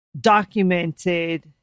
documented